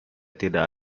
tidak